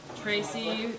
Tracy